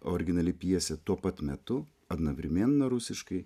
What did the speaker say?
originali pjesė tuo pat metu ana vrimena rusiškai